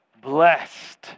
Blessed